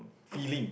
feeling